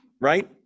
right